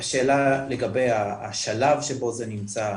השאלה לגבי השלב שבו נמצא,